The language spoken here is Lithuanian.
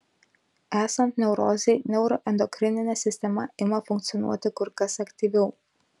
esant neurozei neuroendokrininė sistema ima funkcionuoti kur kas aktyviau